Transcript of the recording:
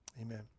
Amen